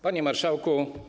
Panie Marszałku!